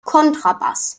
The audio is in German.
kontrabass